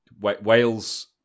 Wales